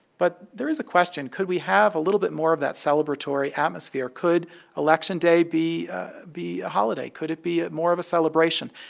but there is a question. could we have a little bit more of that celebratory atmosphere? could election day be be a holiday? could it be more of a celebration?